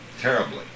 terribly